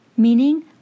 Meaning